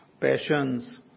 passions